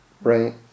right